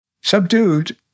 Subdued